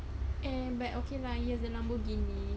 and but okay lah he has a lamborghini